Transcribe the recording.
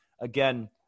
again